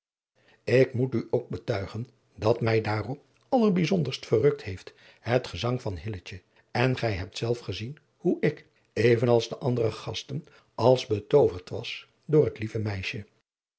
ik moet u ook betuigen dat mij daarop allerbijzonderst verrukt heeft het gezang van hiladriaan loosjes pzn het leven van hillegonda buisman letje en gij hebt zelf gezien hoe ik even als de andere gasten als betooverd was door het lieve meisje